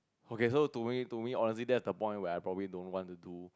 okay so to me to me honestly that's the point where I probably don't want to do